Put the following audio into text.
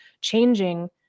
changing